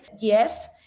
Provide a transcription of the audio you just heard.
Yes